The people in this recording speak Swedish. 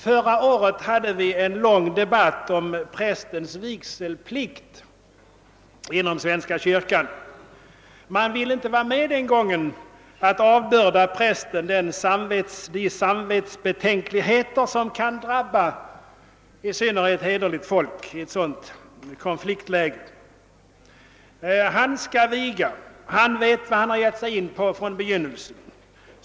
Förra året hade vi en lång debatt om prästens vigselplikt inom svenska kyrkan. Man ville den gången inte avbörda prästen de samvetsbetänkligheter, som kan drabba i synnerhet hederligt folk i ett konfliktläge. Prästen skall viga, ty han visste från begynnelsen vad han gett sig in på.